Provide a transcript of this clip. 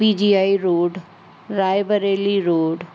P G I road Rae Bareli road